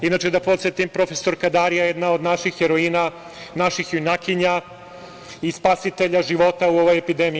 Inače, da podsetim, profesorka Darija je jedna od naših heroina, naših junakinja i spasitelja života u ovoj epidemiji.